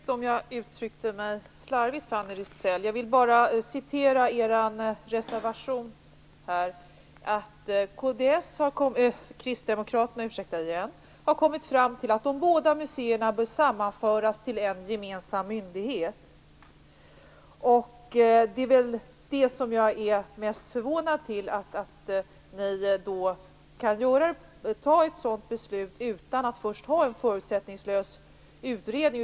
Fru talman! Jag ber om ursäkt om jag uttryckte mig slarvigt, Fanny Rizell. Jag vill bara återge något ur Kristdemokraternas reservation: Kristdemokraterna har kommit fram till att de båda museerna bör sammanföras till en gemensam myndighet. Det är det jag är mest förvånad över - att Kristdemokraterna kan fatta ett sådant beslut utan att det har föregåtts av en förutsättningslös utredning.